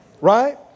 Right